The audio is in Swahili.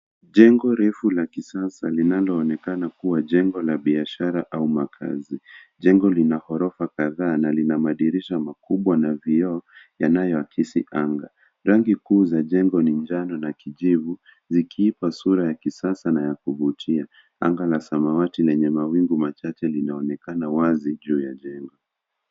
Jengo refu la kisasa linaloonekana kuwa jengo la biashara au makaazi. Jengo lina ghorofa kadhaa na lina madirisha makubwa na vioo yanayoakisi anga. Rangi kuu za jengo ni njano na kijivu zikiipa sura yakisasa na yakuvutia. Anga la samawati lenye mawingu machache linaonekana wazi juu ya jengo.